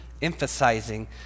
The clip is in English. emphasizing